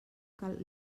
cal